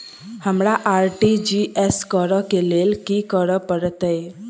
हमरा आर.टी.जी.एस करऽ केँ लेल की करऽ पड़तै?